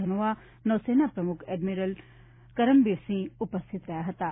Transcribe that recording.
Dhanoa નૌસેના પ્રમૂખ admiral Karambir Singh ઉપસ્થિત રહ્યાં હતાં